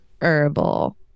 Herbal